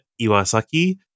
Iwasaki